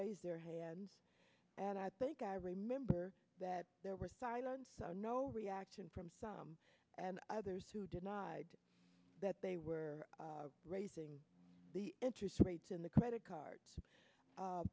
raise their hands and i think i remember that there was silence so no reaction from some and others who denied that they were raising the interest rates in the credit cards